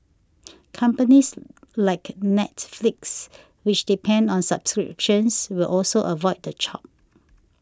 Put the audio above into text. companies like Netflix which depend on subscriptions will also avoid the chop